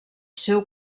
seu